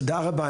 תודה רבה.